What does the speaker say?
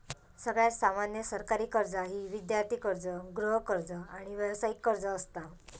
सगळ्यात सामान्य सरकारी कर्जा ही विद्यार्थी कर्ज, गृहकर्ज, आणि व्यावसायिक कर्ज असता